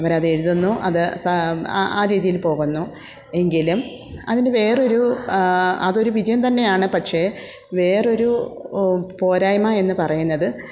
അവരത് എഴുതുന്നു അത് സ ആ ആ രീതിയിൽ പോകുന്നു എങ്കിലും അതിന് വേറൊരു അതൊരു വിജയം തന്നെയാണ് പക്ഷേ വേറൊരു പോരായ്മ എന്ന് പറയുന്നത്